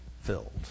filled